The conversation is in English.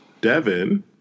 devin